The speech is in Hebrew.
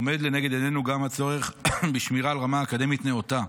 עומד לנגד עינינו גם הצורך בשמירה על רמה אקדמית נאותה,